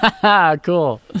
Cool